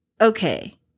okay